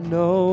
no